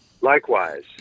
Likewise